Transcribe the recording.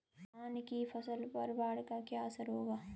धान की फसल पर बाढ़ का क्या असर होगा?